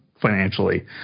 financially